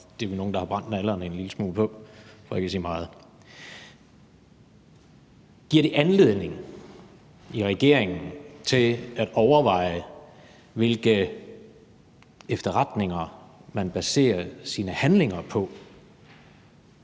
det er vi nogle, der har brændt nallerne en lille smule på, for ikke at sige meget. Giver det anledning i regeringen til at overveje, hvilke efterretninger man baserer sine handlinger på,